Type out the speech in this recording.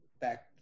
back